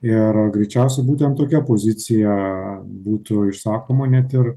ir greičiausiai būtent tokia pozicija būtų išsakoma net ir